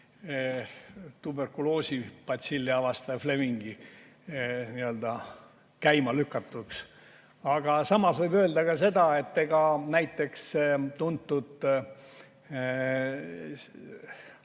tuberkuloosibatsilli avastaja Flemingi käimalükatuks. Aga samas võib öelda ka seda, et näiteks tuntud